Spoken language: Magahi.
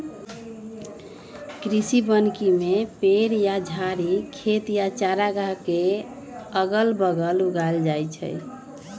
कृषि वानिकी में पेड़ या झाड़ी खेत या चारागाह के अगल बगल उगाएल जाई छई